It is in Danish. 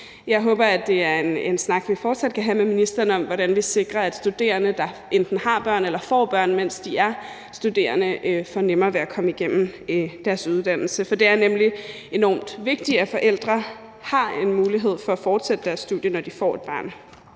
Jeg håber, at det er en snak, vi fortsat kan have med ministeren, om, hvordan vi sikrer, at studerende, der enten har børn eller får børn, mens de er studerende, får nemmere ved at komme igennem deres uddannelse. For det er nemlig enormt vigtigt, at forældre har en mulighed for at fortsætte deres studie, når de får et barn.